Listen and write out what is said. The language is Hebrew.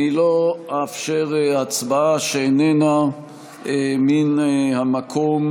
אני לא אאפשר הצבעה שאיננה מן המקום